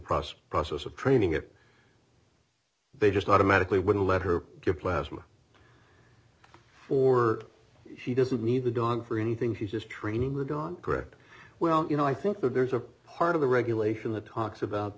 process process of training if they just automatically wouldn't let her get plasma for she doesn't need the dawn for anything she's just training the gun correct well you know i think there's a part of the regulation that talks about